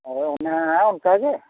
ᱦᱳᱭ ᱚᱱᱟ ᱚᱱᱠᱟ ᱜᱮ